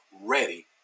ready